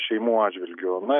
šeimų atžvilgiu na